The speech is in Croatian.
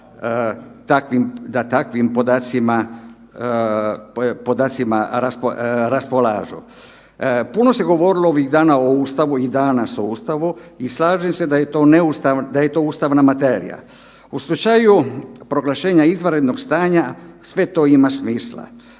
podacima, podacima raspolažu. Puno se govorilo ovih dana o Ustavu i dana o Ustavu i slažem se da je to ustavna materija. U slučaju proglašenja izvanrednog stanja sve to ima smisla,